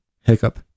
Hiccup